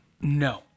No